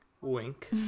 wink